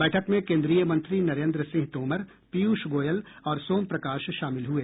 बैठक में केन्द्रीय मंत्री नरेन्द्र सिंह तोमर पीयूष गोयल और सोम प्रकाश शामिल हुए